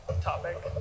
topic